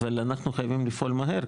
אבל אנחנו חייבים לפעול מהר,